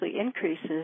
increases